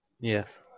Yes